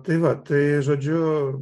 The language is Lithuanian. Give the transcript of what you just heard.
tai va tai žodžiu